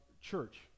church